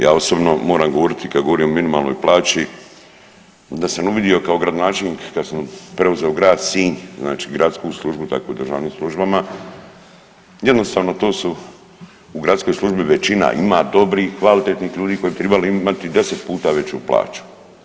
Ja osobno moram govoriti kad govorimo o minimalnoj plaći da sam uvidio kao gradonačelnik kad preuzeo grad Sinj, znači gradsku službu tako i u državnim službama jednostavno to su u gradskoj službi većina, ima dobrih kvalitetnih ljudi koji bi tribali imati 10 puta veću plaću.